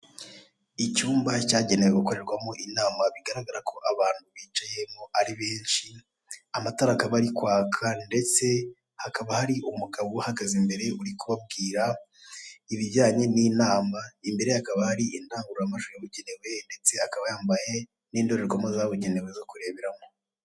Icyumba cyagenewe gukorerwamo inama bigaragara ko abantu bicayemo ari benshi, amatara akaba ari kwaka ndetse hakaba hari umugabo uhagaze imbere uri kubabwira ibijyanye n'inama, imbere ye hakaba hari indangururamajwi yabugenewe ndetse akaba yambaye n'indirerwamo zabugenewe zo kureberamo.